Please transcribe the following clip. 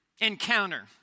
encounter